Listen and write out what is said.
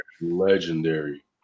legendary